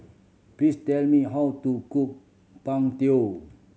please tell me how to cook png